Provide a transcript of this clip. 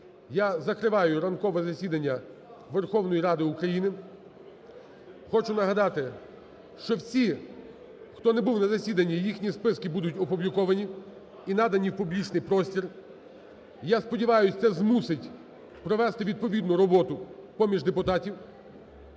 я закриваю ранкове засідання Верховної Ради України. Хочу нагадати, що всі, хто не був на засіданні, їх списки будуть опубліковані і надані в публічний простір. Я сподіваюсь, це змусить провести відповідну роботу поміж депутатів.